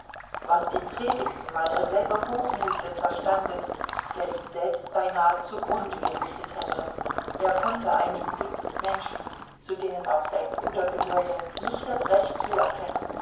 was sie predigten war derselbe hochmut des verstandes der ihn selbst beinahe zugrunde gerichtet hätte er konnte einigen dutzend menschen zu denen auch sein bruder gehörte nicht das recht zuerkennen